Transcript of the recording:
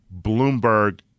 Bloomberg